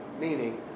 meaning